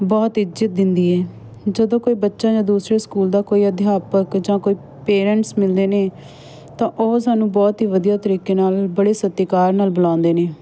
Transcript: ਬਹੁਤ ਇੱਜ਼ਤ ਦਿੰਦੀ ਹੈ ਜਦੋਂ ਕੋਈ ਬੱਚਾ ਜਾਂ ਦੂਸਰੇ ਸਕੂਲ ਦਾ ਕੋਈ ਅਧਿਆਪਕ ਜਾਂ ਕੋਈ ਪੇਰੈਂਟਸ ਮਿਲਦੇ ਨੇ ਤਾਂ ਉਹ ਸਾਨੂੰ ਬਹੁਤ ਹੀ ਵਧੀਆ ਤਰੀਕੇ ਨਾਲ ਬੜੇ ਸਤਿਕਾਰ ਨਾਲ ਬੁਲਾਉਂਦੇ ਨੇ